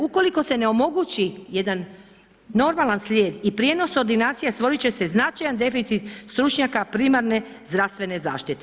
Ukoliko se ne omogući jedan normalan slijed i prijenos ordinacija, stvorit će se značajan deficit stručnjaka primarne zdravstvene zaštite.